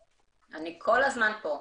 אני כל הזמן פה.